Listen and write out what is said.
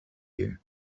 you